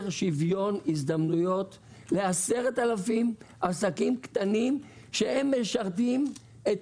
שוויון הזדמנויות ל-10,000 עסקים קטנים שמשרתים את